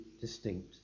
distinct